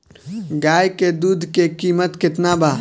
गाय के दूध के कीमत केतना बा?